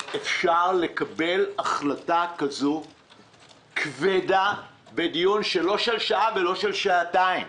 אפשר לקבל החלטה כזו כבדה בדיון של שעה או שעתיים.